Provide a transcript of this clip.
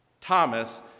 Thomas